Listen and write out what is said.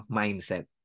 mindset